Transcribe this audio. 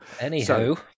Anywho